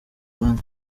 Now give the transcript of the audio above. abana